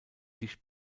dicht